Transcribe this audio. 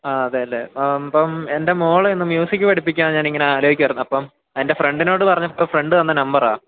ആ അതയല്ലേ അപ്പം എൻ്റെ മോളെ ഇന്ന് മ്യൂസിക് പഠിപ്പിക്കാൻ ഞാനിങ്ങനെ ആലോചിക്കുകയായിരുന്നു അപ്പം എൻ്റെ ഫ്രണ്ടിനോട് പറഞ്ഞപ്പം ഫ്രണ്ട് തന്ന നമ്പറാണ്